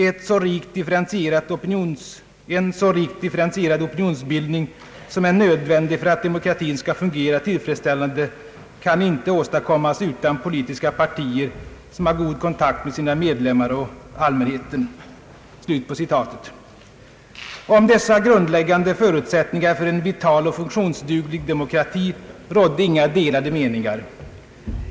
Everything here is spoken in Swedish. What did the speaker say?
En så rikt differentierad opinionsbildning, som är nödvändig för att demokratin skall fungera tillfredsställande, kan inte åstadkommas utan politiska partier som har god kontakt med sina medlemmar och allmänheten.» Om dessa grundläggande förutsätt ningar för en vital och funktionsduglig demokrati rådde inga delade meningar.